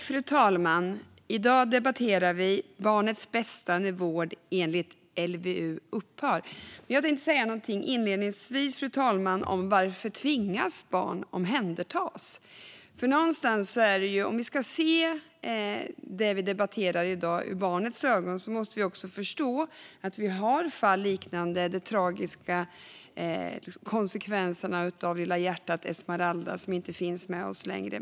Fru talman! I dag debatterar vi barnets bästa när vård enligt LVU upphör. Men jag tänkte säga någonting inledningsvis, fru talman, om varför barn tvingas omhändertas. Om vi ska se det vi debatterar i dag med barnets ögon måste vi förstå att vi har fall som liknar det tragiska med "Lilla hjärtat", Esmeralda, som inte finns med oss längre.